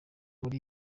muri